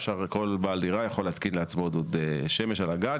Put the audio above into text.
כל בעל דירה יכול להתקין לעצמו דוד שמש על הגג,